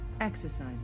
exercises